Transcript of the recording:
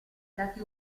stati